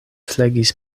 flegis